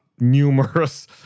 numerous